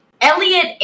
Elliot